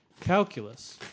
Calculus